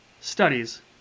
studies